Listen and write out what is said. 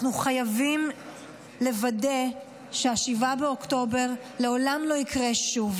אנחנו חייבים לוודא ש-7 באוקטובר לעולם לא יקרה שוב,